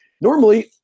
normally